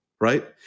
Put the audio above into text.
right